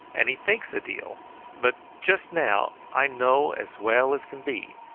and he thinks a deal but just now, i know as well as can be,